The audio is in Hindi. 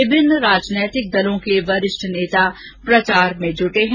विभिन्न राजनीतिक दलों के वरिष्ठ नेता प्रचार में जुटे हैं